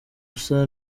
usa